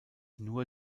nur